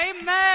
Amen